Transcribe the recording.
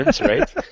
right